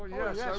yes,